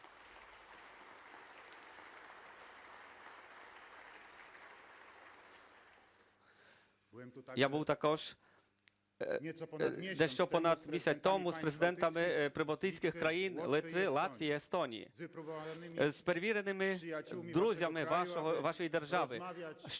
Я був також дещо понад місяць тому з президентами прибалтійських країн Литви, Латвії, Естонії, з перевіреними друзями вашої держави,